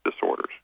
disorders